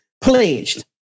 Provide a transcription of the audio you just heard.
pledged